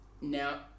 Now